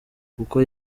kuko